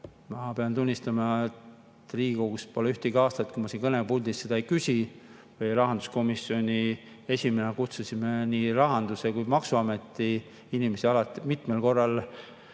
Ma pean tunnistama, et Riigikogus pole ühtegi aastat, kui ma siit kõnepuldist seda ei küsi. Rahanduskomisjoni esimehena kutsusin nii rahanduse kui ka maksuameti inimesi mitmel korral